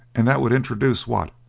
and that would introduce what,